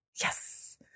Yes